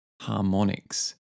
harmonics